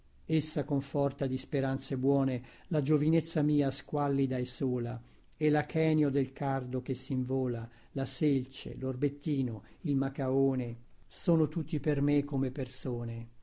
essa conforta di speranze buone la giovinezza mia squallida e sola e lachenio del cardo che sinvola la selce lorbettino il macaone sono tutti per me come person